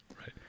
Right